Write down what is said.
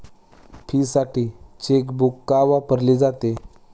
फीसाठी चेकबुक का वापरले जाते?